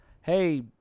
hey